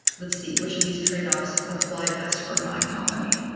let's see. which of these tradeoffs apply best for my company?